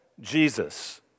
Jesus